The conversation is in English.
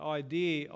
idea